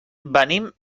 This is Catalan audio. venim